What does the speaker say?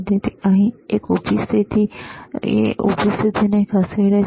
તેથી એક ઊભી સ્થિતિ તે ઊભી સ્થિતિને ખસેડે છે